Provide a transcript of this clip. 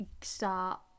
start